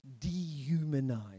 dehumanize